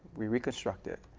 reconstruct it,